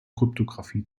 kryptographie